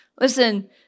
Listen